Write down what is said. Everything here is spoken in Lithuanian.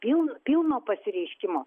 piln pilno pasireiškimo